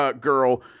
girl